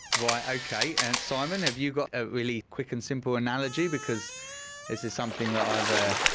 right, okay. and simon, have you got a really quick and simple analogy because this is something that i've, ah